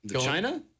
China